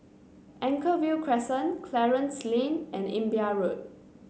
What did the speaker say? Anchorvale Crescent Clarence Lane and Imbiah Road